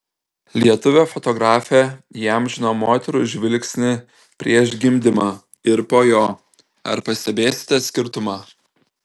lietuvė fotografė įamžino moterų žvilgsnį prieš gimdymą ir po jo ar pastebėsite skirtumą